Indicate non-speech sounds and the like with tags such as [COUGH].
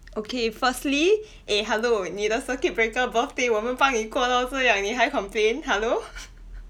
okay firstly eh hello 你的 circuit breaker birthday 我们帮你过 lor so ya 你还 complain hello [BREATH]